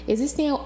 Existem